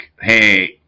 hey